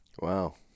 Wow